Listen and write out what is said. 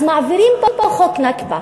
אז מעבירים פה חוק נכבה.